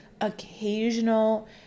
occasional